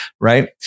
right